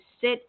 sit